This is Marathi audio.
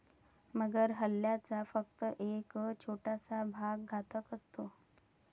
मगर हल्ल्याचा फक्त एक छोटासा भाग घातक असतो